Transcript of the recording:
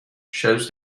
shows